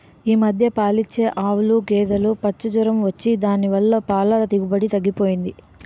ఈ మధ్య పాలిచ్చే ఆవులు, గేదులుకి పచ్చ జొరం వచ్చి దాని వల్ల పాల దిగుబడి తగ్గిపోయింది